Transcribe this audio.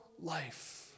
life